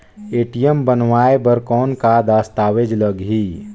ATM बनवाय बर कौन का दस्तावेज लगही?